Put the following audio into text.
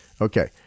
Okay